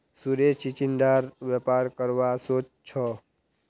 सुरेश चिचिण्डार व्यापार करवा सोच छ